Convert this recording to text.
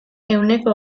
ehuneko